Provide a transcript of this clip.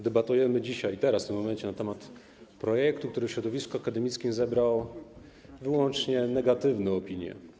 Debatujemy dzisiaj, teraz, w tym momencie na temat projektu, który w środowisku akademickim zebrał wyłącznie negatywne opinie.